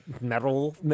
metal